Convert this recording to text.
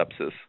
sepsis